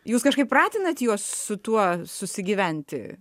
jūs kažkaip pratinant juos su tuo susigyventi